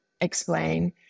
explain